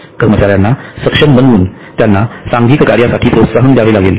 कर्मचार्यांना सक्षम बनवुन त्यांना सांघिक कार्यासाठी प्रोत्साहन द्यावे लागेल